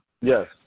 Yes